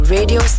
Radio